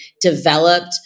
developed